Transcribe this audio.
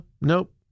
Nope